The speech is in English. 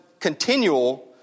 continual